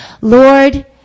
Lord